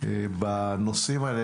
בנושאים האלה.